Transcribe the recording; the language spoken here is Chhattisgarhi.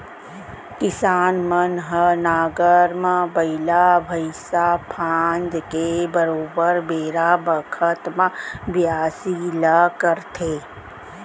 किसान मन ह नांगर म बइला भईंसा फांद के बरोबर बेरा बखत म बियासी ल करथे